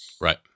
Right